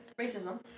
racism